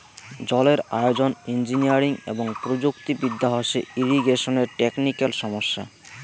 জলের আয়োজন, ইঞ্জিনিয়ারিং এবং প্রযুক্তি বিদ্যা হসে ইরিগেশনের টেকনিক্যাল সমস্যা